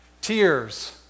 tears